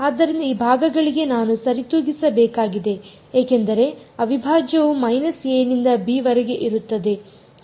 ಆದ್ದರಿಂದ ಈ ಭಾಗಗಳಿಗೆ ನಾನು ಸರಿದೂಗಿಸಬೇಕಾಗಿದೆ ಏಕೆಂದರೆ ಅವಿಭಾಜ್ಯವು a ನಿಂದ b ವರೆಗೆ ಇರುತ್ತದೆ